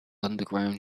underground